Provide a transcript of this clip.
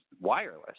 wireless